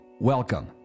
Welcome